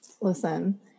Listen